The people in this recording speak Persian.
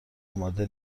آماده